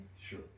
Sure